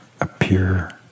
appear